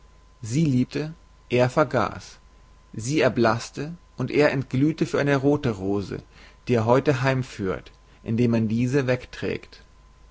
sie liebte er vergaß sie erblaßte und er entglühte für eine rothe rose die er heute heimführt indem man diese wegträgt